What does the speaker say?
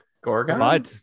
gorgon